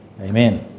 Amen